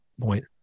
point